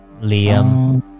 Liam